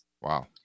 Wow